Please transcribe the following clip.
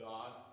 God